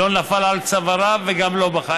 לא נפל על צוואריו וגם לא בכה.